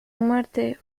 muerte